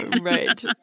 Right